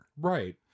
right